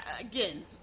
again